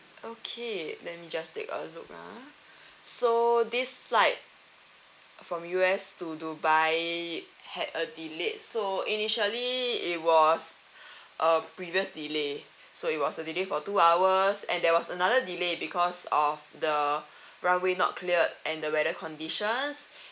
okay let me just take a look ah so this flight from U_S to dubai had a delayed so initially it was uh previous delay so it was a delay for two hours and there was another delay because of the runway not cleared and the weather conditions